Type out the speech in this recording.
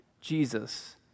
Jesus